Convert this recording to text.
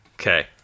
Okay